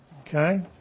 okay